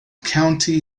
county